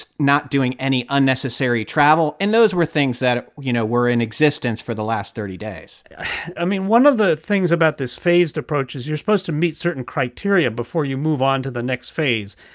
not doing any unnecessary travel. and those were things that, you know, were in existence for the last thirty days i mean, one of the things about this phased approach is you're supposed to meet certain criteria before you move on to the next phase.